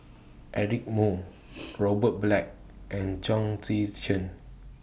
Eric Moo Robert Black and Chong Tze Chien